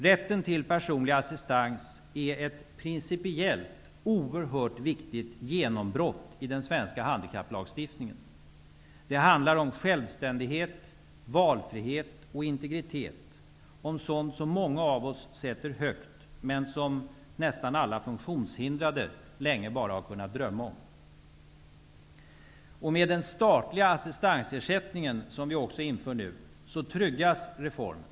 Rätten till personlig assistans är ett principiellt oerhört viktigt genombrott i den svenska handikapplagstiftningen. Det handlar om självständighet, om valfrihet och om integritet -- om sådant som många av oss högt värdesätter men som nästan alla funktionshindrade länge bara har kunnat drömma om. Med den statliga assistansersättning som vi också inför nu tryggas reformen.